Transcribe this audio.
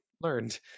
learned